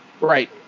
Right